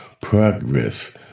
progress